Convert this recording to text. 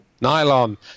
Nylon